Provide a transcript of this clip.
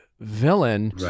Villain